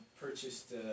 purchased